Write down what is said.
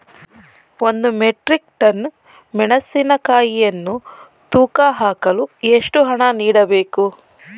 ಒಂದು metric ton ಮೆಣಸಿನಕಾಯಿಯನ್ನು ತೂಕ ಹಾಕಲು ಎಷ್ಟು ಹಣ ನೀಡಬೇಕು?